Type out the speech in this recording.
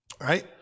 right